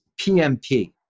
PMP